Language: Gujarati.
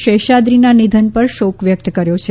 શેષાદ્રીના નિધન પર શોક વ્યક્ત કર્યો છે